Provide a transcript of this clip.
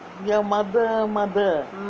your mother mother